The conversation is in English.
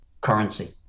currency